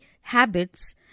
habits